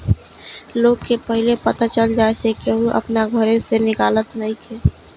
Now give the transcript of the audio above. लोग के पहिले पता चल जाए से केहू अपना घर से निकलत नइखे